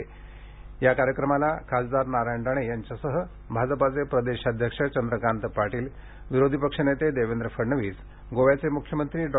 या कार्यक्रमाला या कार्यक्रमाला खासदार नारायण राणे यांच्यासह भाजपचे प्रदेशाध्यक्ष चंद्रकांत पाटील विरोधी पक्षनेते देवेंद्र फडणवीस गोव्याचे मुख्यमंत्री डॉ